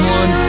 one